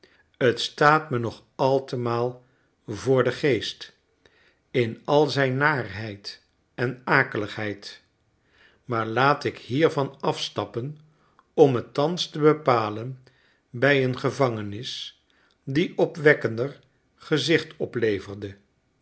geval dat me trof tstaatmenog altemaal voor den geest in al zijn naarheid en akeligheid maar laat ik hiervan afstappen om me thans te bepalen bij een gevangenis die opwekkender gezicht opleverde